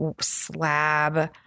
slab